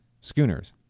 Schooners